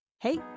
Hey